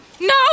No